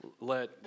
let